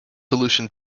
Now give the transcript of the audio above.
solution